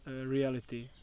reality